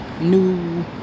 new